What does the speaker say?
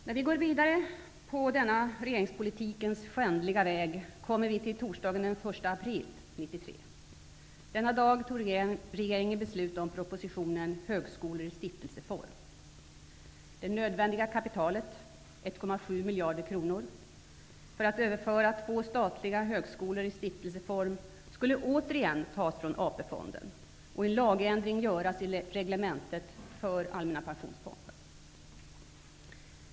När vi går vidare på denna regeringspolitikens skändliga väg kommer vi till torsdagen den 1 april Det nödvändiga kapitalet, 1,7 miljarder kronor, för att man skulle kunna överföra två statliga högskolor i stiftelseform skulle återigen tas från AP-fonden och en lagändring skulle göras i reglementet för Allmänna pensionsfonden.